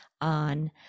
on